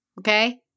okay